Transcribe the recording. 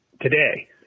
Today